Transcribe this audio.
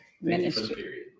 ministry